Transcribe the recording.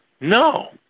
No